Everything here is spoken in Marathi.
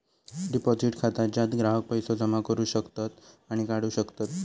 डिपॉझिट खाता ज्यात ग्राहक पैसो जमा करू शकतत आणि काढू शकतत